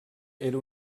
era